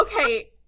Okay